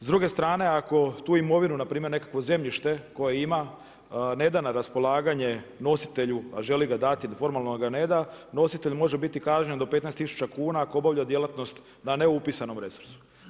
S druge strane ako tu imovinu npr. nekakvo zemljište koje ima ne da raspolaganje nositelju a želi ga dati, formalno ga ne da, nositelj može biti kažnjen do 15 000 kuna ako obavlja djelatnost na neupisanom resursu.